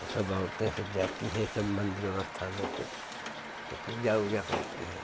और सब औरतें सब जाती हैं सब मन्दिर व अस्थानों पर पूजा ऊजा करती हैं